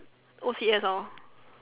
O_C_S lor